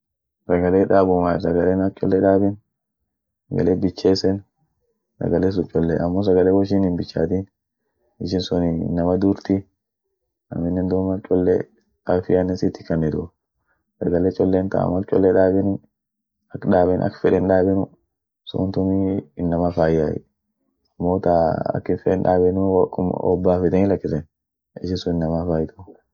Sagale daabumay sagalen ak cholle daaben, sagale bichesen, sagale sun cholle amo sagale woishin hin bichatin, ishin sunii inama duurti, aminen duum ak cholle afianen sitikanitu, sagale chollen taam akcholle daabeni, ak daaben ak feden daabenu, suntumii inama faiay, amo taa ak hinfeen daabenu hobbafeteni lakisen, ishin sun inama hin faitu.